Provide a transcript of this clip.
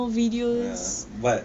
ah but